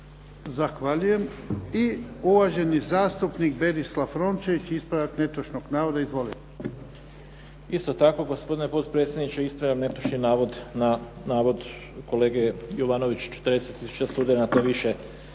Zahvaljujem. I uvaženi zastupnik Berislav Rončević, ispravak netočnog navoda. Izvolite. **Rončević, Berislav (HDZ)** Isto tako gospodine potpredsjedniče, ispravljam netočni navod na navod kolege Jovanovića, 40 tisuća studenata više